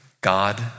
God